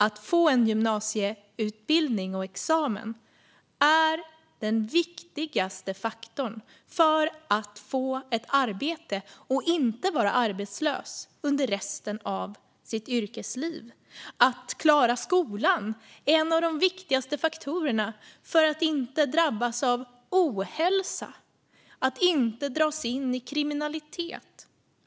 Att få en gymnasieutbildning och en examen är den viktigaste faktorn för att få ett arbete och inte vara arbetslös under resten av yrkeslivet. Att klara skolan är en av de viktigaste faktorerna för att inte drabbas av ohälsa och inte dras in i kriminalitet.